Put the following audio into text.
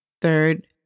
Third